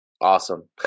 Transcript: Awesome